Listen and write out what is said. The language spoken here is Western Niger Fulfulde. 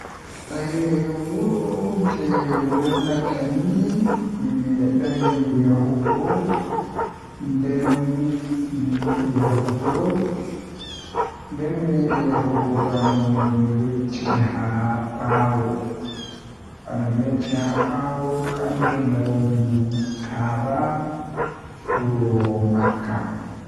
Eh wuro jei welatami mi mimedai yahugo nden mi yidi yahugo bano mi yecci haa baawo kanjum woni kaaba wuro makka.